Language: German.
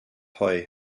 heu